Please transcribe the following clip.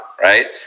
right